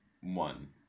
one